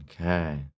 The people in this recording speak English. Okay